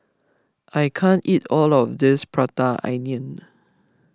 I can't eat all of this Prata Onion